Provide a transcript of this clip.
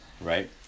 Right